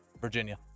Virginia